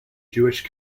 jewish